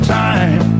time